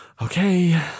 Okay